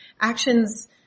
Actions